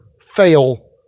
fail